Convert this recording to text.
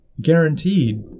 guaranteed